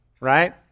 right